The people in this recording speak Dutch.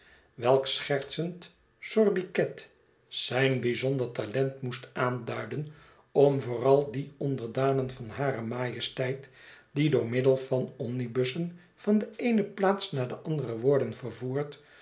welk schertsend sobriquet zijn bijzonder talent moest aanduiden om vooral die onderdanen van hare majesteit die door middel van omnibussen van de eene plaats naar de andere worden vervoerd